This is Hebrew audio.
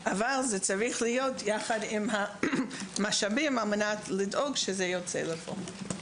אבל זה צריך להיות יחד עם משאבים על מנת לדאוג שזה יוצא אל הפועל.